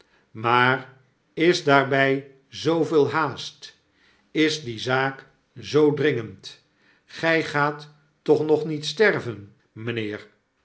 maar is daarby zooveel haast is die zaak zoo dringend gy gaat toch nog niet sterven mijnheer